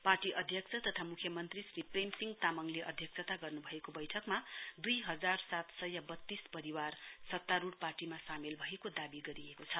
party अध्यक्ष तथा मुख्यमन्त्री श्री प्रेम सिंह तामाङले अध्यक्षता गर्न भएको बैठकमा दुई हजार सात सय बत्तीस परिवार सत्तारूड पार्टीमा सामेल भएको दाबी गरिएको छ